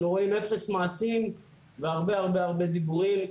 רואים אפס מעשים והרבה הרבה דיבורים.